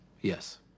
Yes